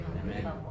Amen